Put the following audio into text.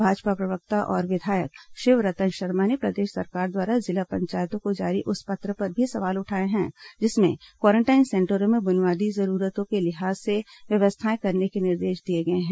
भाजपा प्रवक्ता और विधायक शिवरतन शर्मा ने प्रदेश सरकार द्वारा जिला पंचायतों को जारी उस पत्र पर भी सवाल उठाए हैं जिसमें क्वारेंटाइन सेंटरों में बुनियादी जरूरतों के लिहाज से व्यवस्थाएं करने को निर्देश दिए गए हैं